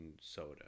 soda